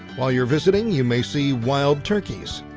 while you're visiting, you may see wild turkeys,